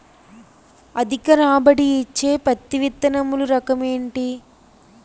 అధిక రాబడి ఇచ్చే పత్తి విత్తనములు రకం ఏంటి?